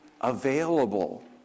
available